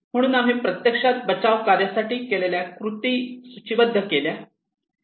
म्हणून आम्ही प्रत्यक्षात बचाव कार्यासाठी केलेल्या कृती सूचीबद्ध केल्या